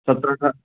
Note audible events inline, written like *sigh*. सत्रह *unintelligible*